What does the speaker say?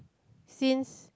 since